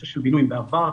בעבר,